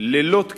לילות כימים,